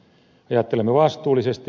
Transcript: ajattelemme vastuullisesti